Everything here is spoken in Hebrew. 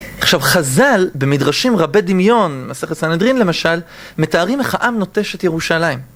עכשיו חזל במדרשים רבי דמיון, מסכת סנדרין למשל, מתארים איך העם נוטש את ירושלים.